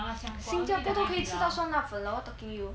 新加坡都可以吃到酸辣粉 lah what talking you